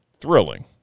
thrilling